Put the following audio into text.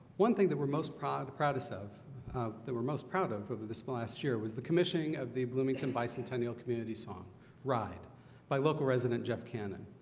one thing that we're most proud proudest of that were most proud of over this last year was the commissioning of the bloomington bicentennial community song ride by local resident jeff cannon.